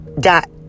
dot